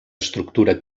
estructura